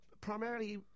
primarily